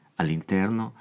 all'interno